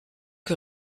que